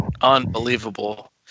Unbelievable